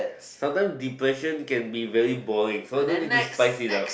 sometime depression can be very boring so know need to spice it up